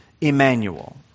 Emmanuel